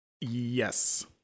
Yes